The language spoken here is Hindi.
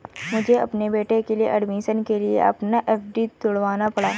मुझे अपने बेटे के एडमिशन के लिए अपना एफ.डी तुड़वाना पड़ा